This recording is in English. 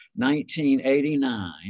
1989